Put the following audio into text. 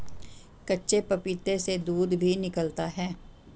कच्चे पपीते से दूध भी निकलता है